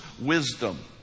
wisdom